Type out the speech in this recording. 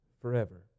forever